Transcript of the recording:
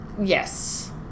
yes